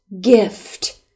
gift